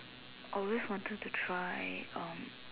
always wanted to try um